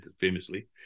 famously